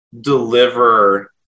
deliver